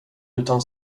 utan